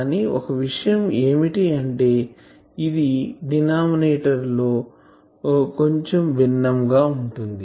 కానీ ఒక విషయం ఏమిటి అంటే ఇది డినామినేటర్ లో ఇది కొంచం బిన్నం గా ఉంటుంది